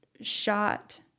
shot